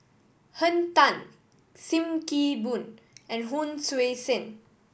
Henn Tan Sim Kee Boon and Hon Sui Sen